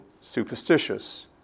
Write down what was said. superstitious